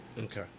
Okay